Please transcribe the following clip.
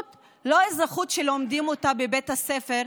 לא האזרחות שלומדים אותה בבית הספר.